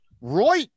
Roy